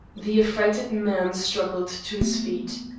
the affrighted man struggled to his feet.